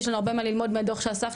יש לנו הרבה מה ללמוד מהדוח שאספתם.